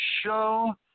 show